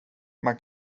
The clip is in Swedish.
man